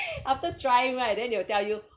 after try right then they will tell you